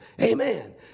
Amen